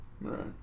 Right